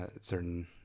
certain